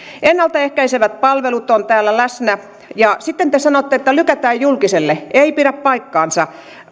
ennalta ehkäisevät palvelut ovat täällä läsnä ja sitten te sanotte että lykätään julkiselle ei pidä paikkaansa